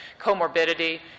Comorbidity